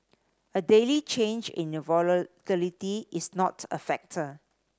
a daily change in the volatility is not a factor